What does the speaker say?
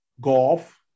golf